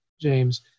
James –